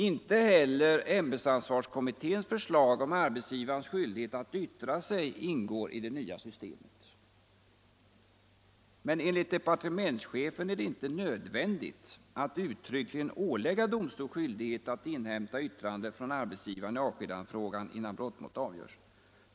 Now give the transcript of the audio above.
Inte heller ämbetsansvarskommitténs förslag om arbetsgivares skyldighet att yttra sig ingår i det nya systemet. Enligt departementschefen är det inte nödvändigt att uttryckligen ålägga domstol skyldighet att inhämta yttrande från arbetsgivaren i avskedandefrågan innan brottmålet avgörs.